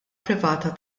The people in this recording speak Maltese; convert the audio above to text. privata